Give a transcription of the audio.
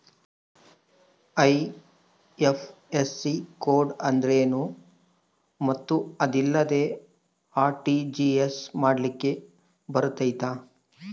IFSC code ಅಂದ್ರೇನು ಮತ್ತು ಅದಿಲ್ಲದೆ ಆರ್.ಟಿ.ಜಿ.ಎಸ್ ಮಾಡ್ಲಿಕ್ಕೆ ಬರ್ತೈತಾ?